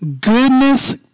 goodness